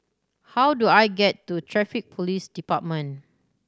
how do I get to Traffic Police Department